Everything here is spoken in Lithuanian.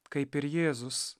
kaip ir jėzus